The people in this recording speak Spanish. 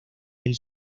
del